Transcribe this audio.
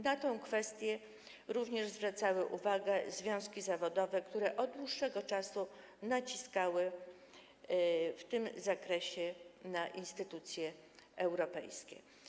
Na tę kwestię zwracały również uwagę związki zawodowe, które od dłuższego czasu naciskały w tym zakresie na instytucje europejskie.